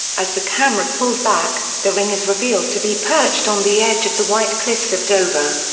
as the camera pulls back, the ring is revealed to be perched on the edge of the white cliffs of dover.